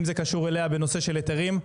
אם זה קשור אליה בנושא של היתרים,